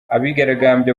abigaragambya